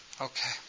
Okay